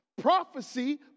Prophecy